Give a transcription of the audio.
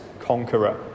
conqueror